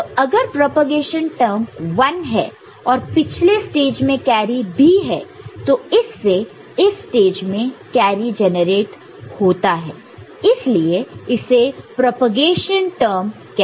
तो अगर propagation term 1 है और पिछले स्टेज में कैरी भी है तो इससे इस स्टेज में कैरी जनरेट होता है इसलिए इसे प्रोपेगेशन टर्म कहते हैं